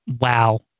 Wow